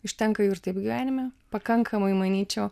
užtenka jau ir taip gyvenime pakankamai manyčiau